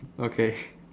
okay